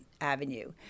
avenue